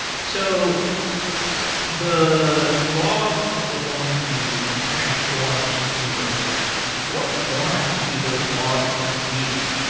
so the logs that were going to transform into a graph, what format do those logs need to be in?